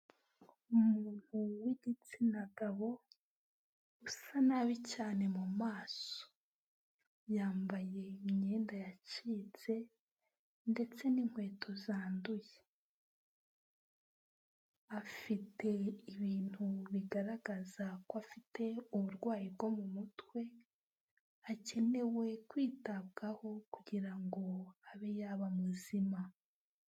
Umuntu w'igitsina gabo, usa nabi cyane mu maso. Yambaye imyenda yacitse, ndetse n'inkweto zanduye. Afite ibintu bigaragaza ko afite uburwayi bwo mu mutwe, akenewe kwitabwaho, kugirango abe yaba muzima.